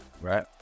right